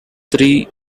three